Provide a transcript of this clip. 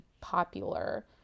popular